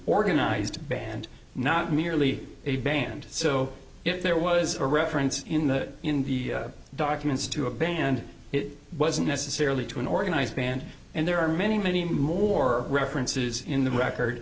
organized band not merely a band so if there was a reference in the in the documents to a band it was necessarily to an organized band and there are many many more references in the record